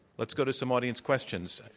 let's go to some audience questions.